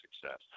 success